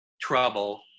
trouble